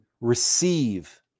receive